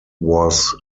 was